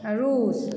रुस